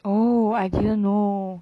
oh I didn't know